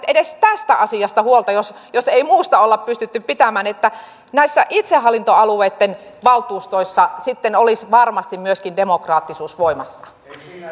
edes tästä asiasta huolta jos ei muusta olla pystytty pitämään että näissä itsehallintoalueitten valtuustoissa sitten olisi varmasti myöskin demokraattisuus voimassa